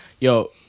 yo